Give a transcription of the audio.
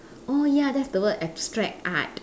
oh ya that's the word abstract art